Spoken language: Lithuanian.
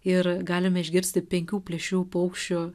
ir galime išgirsti penkių plėšrių paukščių